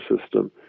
system